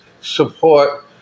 support